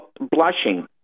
blushing